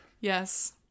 Yes